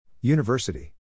University